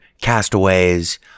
castaways